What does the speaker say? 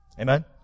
Amen